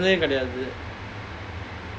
no கெடயாது:kedayaathu